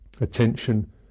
attention